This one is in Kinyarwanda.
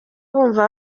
bumva